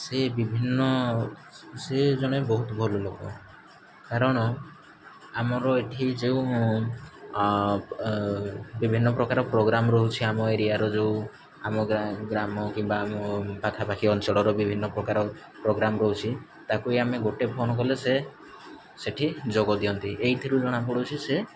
ସେ ବିଭିନ୍ନ ସିଏ ଜଣେ ବହୁତ ଭଲ ଲୋକ କାରଣ ଆମର ଏଠି ଯେଉଁ ବିଭିନ୍ନ ପ୍ରକାର ପ୍ରୋଗ୍ରାମ୍ ରହୁଛି ଆମ ଏରିଆର ଯେଉଁ ଆମ ଗାଁ ଗ୍ରାମ କିମ୍ବା ଆମ ପାଖାପାଖି ଅଞ୍ଚଳର ବିଭିନ୍ନ ପ୍ରକାର ପ୍ରୋଗ୍ରାମ୍ ରହୁଛି ତାକୁ ଏଇ ଆମେ ଗୋଟେ ଫୋନ୍ କଲେ ସେ ସେଠି ଯୋଗ ଦିଅନ୍ତି ଏଇଥିରୁ ଜଣା ପଡ଼ୁଛି ସିଏ